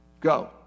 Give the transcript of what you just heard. Go